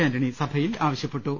ആന്റണി സഭയിൽ ആവശ്യപ്പെട്ടു